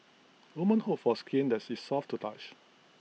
women hope for skin that is soft to touch